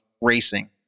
racing